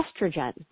estrogen